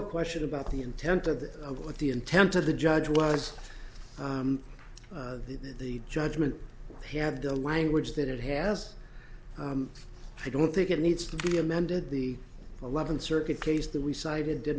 question about the intent of the what the intent of the judge was that the judgment had the language that it has i don't think it needs to be amended the eleventh circuit case that we cited didn't